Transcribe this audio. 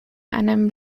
einem